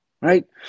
Right